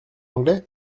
anglais